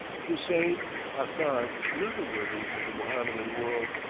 houssein, hassan, and other worthies of the mohammedan world,